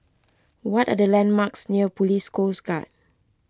what are the landmarks near Police Coast Guard